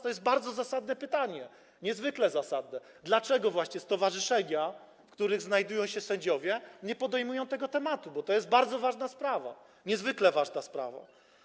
To jest bardzo zasadne pytanie, niezwykle zasadne, dlaczego właśnie stowarzyszenia, w których znajdują się sędziowie, nie podejmują tego tematu, bo to jest bardzo ważna sprawa, niezwykle ważna sprawa.